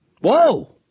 Whoa